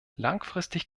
langfristig